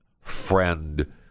friend